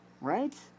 right